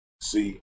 See